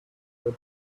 that